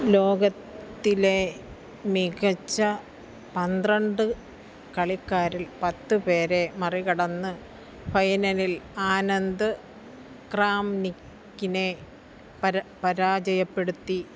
ലോകത്തിലെ മികച്ച പന്ത്രണ്ട് കളിക്കാരിൽ പത്ത് പേരെ മറികടന്ന് ഫൈനലിൽ ആനന്ദ് ക്രാംനിക്കിനെ പരാജയപ്പെടുത്തി